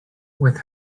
with